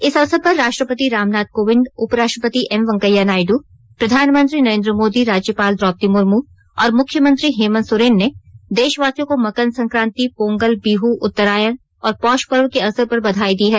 इस अवसर पर राष्ट्रपति रामनाथ कोविंद उपराष्ट्रापति एम वैंकेया नायडू प्रधानमंत्री नरेंद्र मोदी राज्यपाल द्रौपदी मुर्मू और मुख्यमंत्री हेमंत सोरेन ने देशवासियों को मकर संक्राति पोंगल बीहु उत्तरायण और पोष पर्व के अवसर पर बधाई दी है